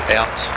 out